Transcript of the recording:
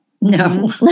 No